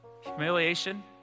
Humiliation